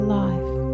life